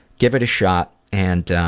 give it a shot and